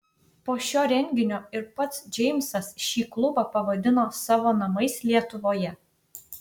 po šio renginio ir pats džeimsas šį klubą pavadino savo namais lietuvoje